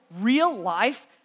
real-life